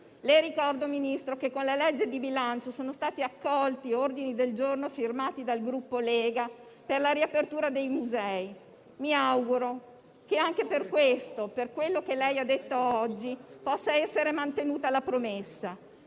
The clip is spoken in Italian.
Le ricordo che con la legge di bilancio sono stati accolti ordini del giorno sottoscritti dal Gruppo Lega per la riapertura dei musei; mi auguro che anche per questo, per quello che lei ha detto oggi, possa essere mantenuta la promessa.